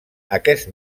aquest